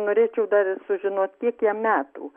norėčiau dar ir sužinot kiek jam metų